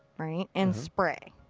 right, and spray.